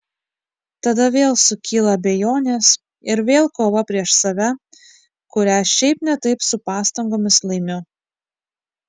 tada vėl sukyla abejonės ir vėl kova prieš save kurią šiaip ne taip su pastangomis laimiu